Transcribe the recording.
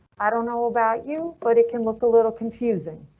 i don't know about you, but it can look a little confusing,